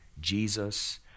Jesus